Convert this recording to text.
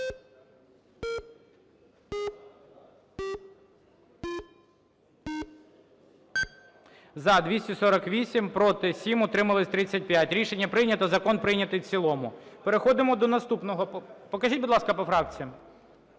За-248 Проти – 7, утрималися – 35. Рішення прийнято. Закон прийнятий в цілому. Переходимо до наступного. Покажіть, будь ласка, по фракціям.